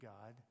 God